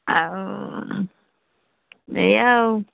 ଆଉ ଏ ଆଉ